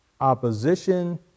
Opposition